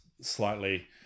slightly